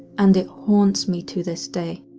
and it haunts me to this day.